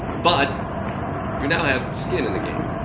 but you now have skin in the game.